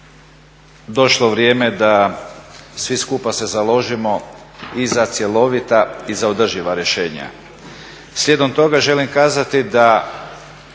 došlo vrijeme da svi skupa se založimo i za cjelovita i za održiva rješenja. Slijedom toga želim kazati da